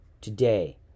today